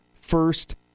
first